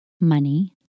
money